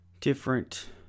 different